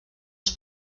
els